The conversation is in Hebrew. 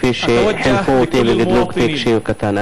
כפי שחינכו אותי וגידלו אותי כשהייתי קטן.